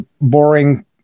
boring